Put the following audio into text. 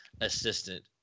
assistant